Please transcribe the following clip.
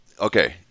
okay